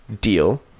deal